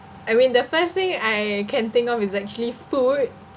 I mean the first thing I can think of is actually food